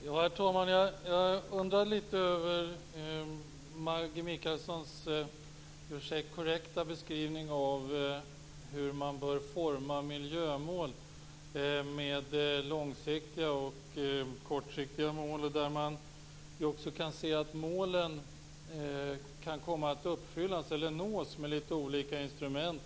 Herr talman! Jag undrar litet över Maggi Mikaelssons i och för sig korrekta beskrivning av hur man bör utforma miljömål med långsiktiga och kortsiktiga mål och där man kan se att målen kan komma att nås med litet olika instrument.